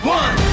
one